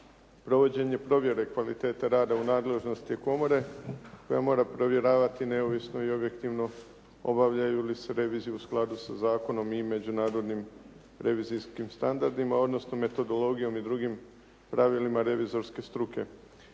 provođenje provjere kvalitete rada u nadležnosti komore koja mora provjeravati neovisno i objektivno obavljaju li se revizije u skladu sa zakonom i međunarodnim revizijskim standardima, odnosno metodologijom i drugim pravilima revizorske struke.